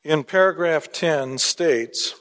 in paragraph ten states